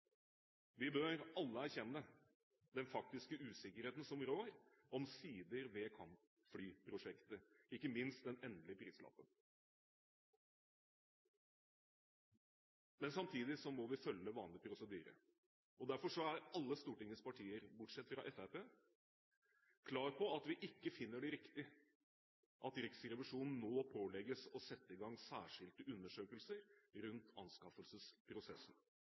Vi bør alle erkjenne den faktiske usikkerheten som rår om sider ved kampflyprosjektet – ikke minst den endelige prislappen. Men samtidig må vi følge vanlig prosedyre. Derfor er alle Stortingets partier, bortsett fra Fremskrittspartiet, klar på at vi ikke finner det riktig at Riksrevisjonen pålegges å sette i gang særskilte undersøkelser rundt anskaffelsesprosessen.